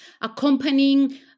accompanying